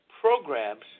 programs